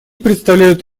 представляют